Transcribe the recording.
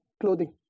clothing